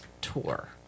tour